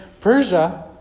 Persia